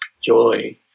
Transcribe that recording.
joy